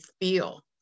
feel